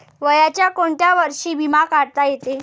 वयाच्या कोंत्या वर्षी बिमा काढता येते?